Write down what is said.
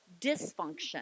dysfunction